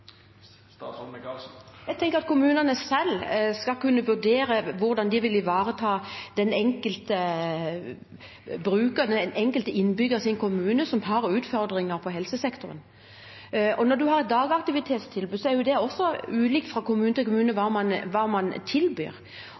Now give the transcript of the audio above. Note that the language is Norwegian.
Jeg tenker at kommunene selv skal kunne vurdere hvordan de vil ivareta den enkelte bruker, den enkelte innbygger i sin kommune som har utfordringer i helsesektoren. Når det gjelder dagaktivitetstilbud, er det også ulikt fra kommune til kommune hva man